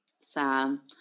Sam